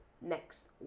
next